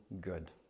good